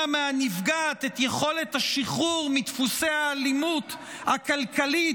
מהנפגעת את יכולת השחרור מדפוסי האלימות הכלכלית,